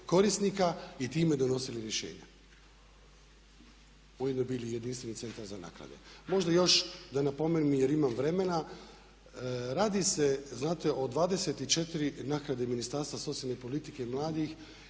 korisnika i time donosili rješenja kojim bi bili jedinstveni centar za naknade. Možda još da napomenem jer imam vremena radi se znate o 24 naknade Ministarstva socijalne politike i mladih